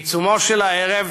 בעיצומו של הערב